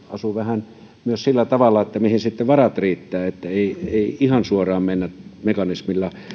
asuu vähän myös sillä tavalla mihin varat riittävät että ei ihan suoraan mennä mekanismilla